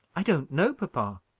i don't know, papa.